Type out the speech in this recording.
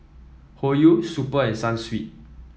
Hoyu Super and Sunsweet